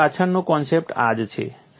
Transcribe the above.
તેની પાછળનો કોન્સેપ્ટ આ જ છે